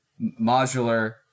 modular